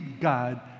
God